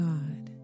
God